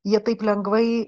jie taip lengvai